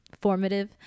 formative